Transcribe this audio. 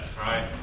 right